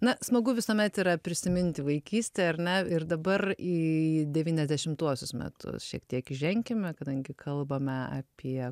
na smagu visuomet yra prisiminti vaikystę ar ne ir dabar į devyniasdešimtuosius metus šiek tiek įženkime kadangi kalbame apie